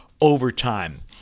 overtime